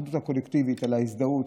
האחדות הקולקטיבית, על ההזדהות,